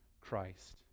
Christ